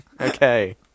Okay